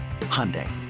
Hyundai